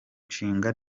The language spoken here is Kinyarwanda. nshinga